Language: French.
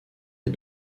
est